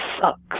sucks